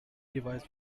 device